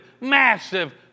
massive